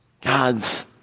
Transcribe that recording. God's